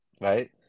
right